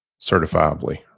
certifiably